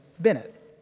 Bennett